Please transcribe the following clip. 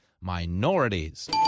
Minorities